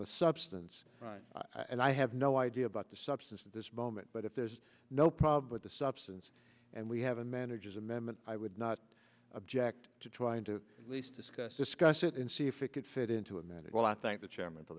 the substance and i have no idea about the substance at this moment but if there's no problem with the substance and we have a manager's amendment i would not object to trying to least discuss discuss it and see if it could fit into a minute well i thank the chairman for